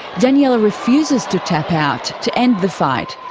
daniella refuses to tap out to end the fight,